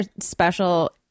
special